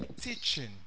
teaching